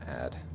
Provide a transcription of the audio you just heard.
add